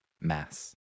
Mass